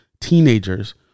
Teenagers